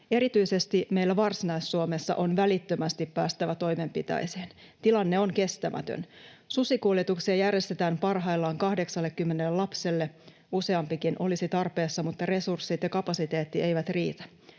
Erityisesti meillä Varsinais-Suomessa on välittömästi päästävä toimenpiteeseen. Tilanne on kestämätön. Susikuljetuksia järjestetään parhaillaan 80 lapselle. Useampikin olisi tarpeessa, mutta resurssit ja kapasiteetti eivät riitä.